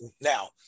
now